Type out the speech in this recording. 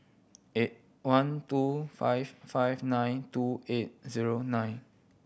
eight one two five five nine two eight zero nine